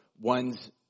one's